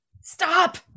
Stop